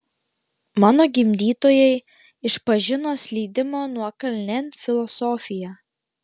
mano gimdytojai išpažino slydimo nuokalnėn filosofiją